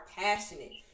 passionate